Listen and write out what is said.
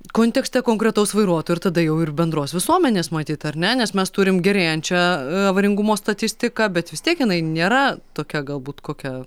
kontekste konkretaus vairuotojo ir tada jau ir bendros visuomenės matyt ar ne nes mes turim gerėjančią avaringumo statistiką bet vis tiek jinai nėra tokia galbūt kokia